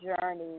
journey